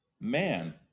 man